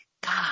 God